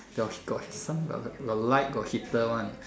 got got some got light got heater one